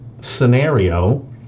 scenario